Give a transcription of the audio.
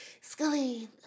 Scully